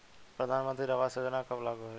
प्रधानमंत्री आवास योजना कब लागू भइल?